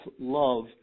love